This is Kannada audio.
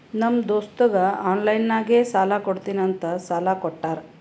ನಮ್ ದೋಸ್ತಗ ಆನ್ಲೈನ್ ನಾಗೆ ಸಾಲಾ ಕೊಡ್ತೀನಿ ಅಂತ ಸಾಲಾ ಕೋಟ್ಟಾರ್